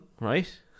right